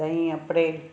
ॾहीं अप्रैल